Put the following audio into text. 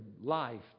life